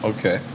Okay